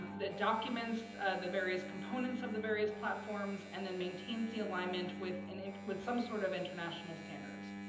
that documents the various components of the various platforms, and then maintains the alignment with and with some sort of international standards.